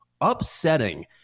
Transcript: Upsetting